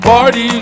Party